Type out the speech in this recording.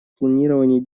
планировании